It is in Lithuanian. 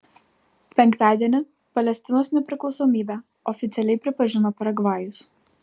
penktadienį palestinos nepriklausomybę oficialiai pripažino paragvajus